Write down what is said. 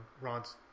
Ron's